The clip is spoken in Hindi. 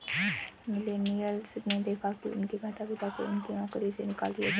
मिलेनियल्स ने देखा है कि उनके माता पिता को उनकी नौकरी से निकाल दिया जाता है